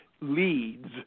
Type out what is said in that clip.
leads